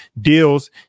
deals